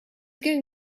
going